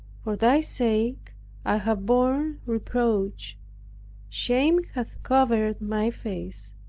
for thy sake i have borne reproach shame hath covered my face